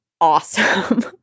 Awesome